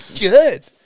Good